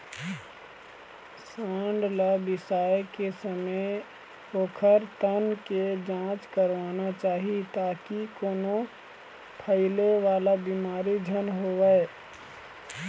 सांड ल बिसाए के समे ओखर तन के जांच करवाना चाही ताकि कोनो फइले वाला बिमारी झन होवय